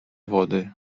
wody